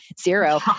zero